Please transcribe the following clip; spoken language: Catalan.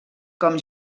com